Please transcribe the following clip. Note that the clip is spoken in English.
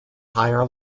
higher